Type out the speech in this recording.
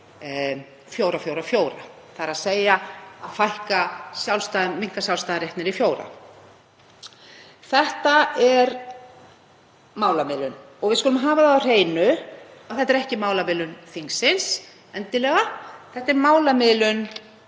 fjóra, þ.e. að minnka sjálfstæðan rétt niður í fjóra mánuði. Þetta er málamiðlun og við skulum hafa það á hreinu að þetta er ekki málamiðlun þingsins endilega, þetta er málamiðlun